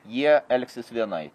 jie elgsis vienaip